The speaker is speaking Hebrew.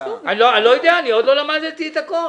לא יודע, אני עוד לא למדתי את הכול.